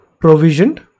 provisioned